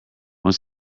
one